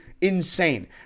insane